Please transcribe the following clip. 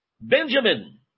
Benjamin